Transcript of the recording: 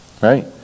Right